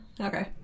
Okay